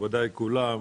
מכובדיי כולם,